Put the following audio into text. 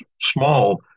small